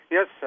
Yes